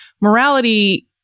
Morality